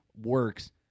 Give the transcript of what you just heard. works